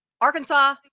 Arkansas